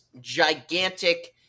gigantic